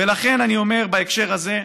ולכן אני אומר בהקשר הזה,